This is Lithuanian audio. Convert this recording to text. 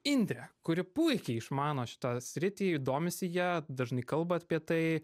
indrę kuri puikiai išmano šitą sritį domisi ja dažnai kalba apie tai